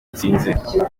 watsinze